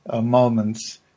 moments